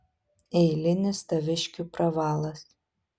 eilinis taviškių pravalas